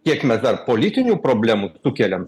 kiek mes dar politinių problemų sukeliam